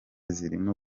zirimo